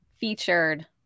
featured